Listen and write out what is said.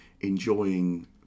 enjoying